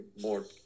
more